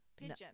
Pigeon